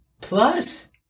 Plus